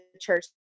church